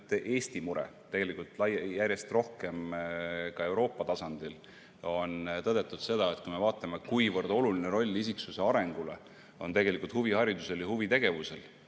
Eesti mure, tegelikult on järjest rohkem ka Euroopa tasandil tõdetud, et kui me vaatame, kuivõrd oluline roll isiksuse arengus on tegelikult huviharidusel ja huvitegevusel